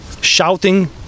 shouting